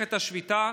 נמשכת השביתה,